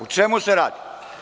O čemu se radi?